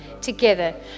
together